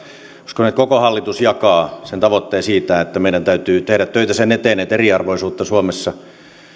että koko hallitus jakaa sen tavoitteen siitä että meidän täytyy tehdä töitä sen eteen että eriarvoisuutta suomessa